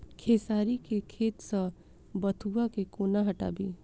खेसारी केँ खेत सऽ बथुआ केँ कोना हटाबी